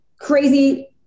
crazy